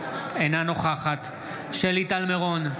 אינה נוכחת שלי טל מירון,